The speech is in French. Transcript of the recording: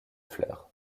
fleurs